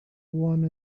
one